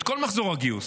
את כל מחזור הגיוס,